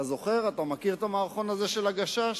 אתה זוכר, אתה מכיר את המערכון הזה של הגשש?